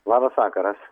labas vakaras